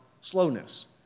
slowness